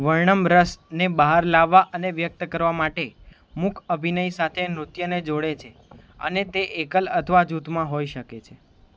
વર્ણમ રસને બહાર લાવવા અને વ્યક્ત કરવા માટે મૂક અભિનય સાથે નૃત્યને જોડે છે અને તે એકલ અથવા જૂથમાં હોઈ શકે છે